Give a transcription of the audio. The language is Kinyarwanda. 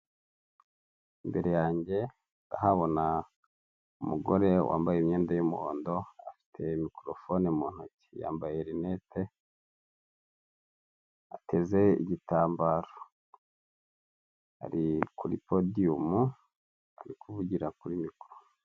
Imbere yange ndahabona umugore wambaye imyenda y'umuhondo afite mikorofone mu ntoki, yambaye rinete ateze igitambaro, ari kuri podiyumu ari kuvugira kuri mikoro.